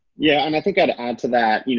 yeah, and i think i'd add to that, you know